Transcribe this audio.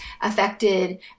affected